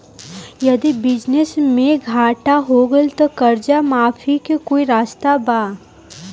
यदि बिजनेस मे घाटा हो गएल त कर्जा माफी के कोई रास्ता बा?